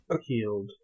healed